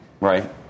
Right